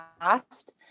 past